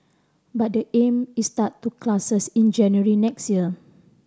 but the aim is start to classes in January next year